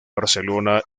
barcelona